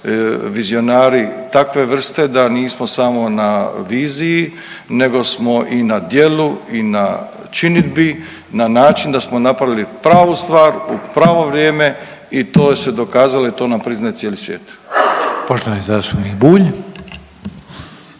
vizionari takve vrste da nismo samo na viziji nego smo i na djelu i na činidbi na način da smo napravili pravu stvar u pravo vrijeme i to je se dokazalo i to nam priznaje cijeli svijet. **Reiner, Željko